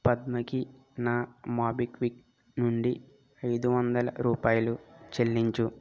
పద్మకి నా మోబిక్విక్ నుండి ఐదు వందల రూపాయిలు చెల్లించుము